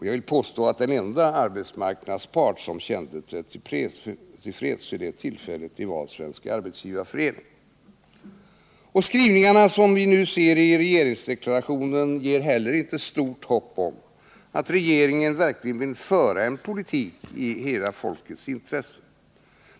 Jag vill påstå att den enda arbetsmarknadspart som kände sig till freds med det var Svenska arbetsgivareföreningen. Skrivningarna i regeringsdeklarationen ger heller inte stort hopp om att regeringen verkligen vill föra en politik i hela folkets intresse.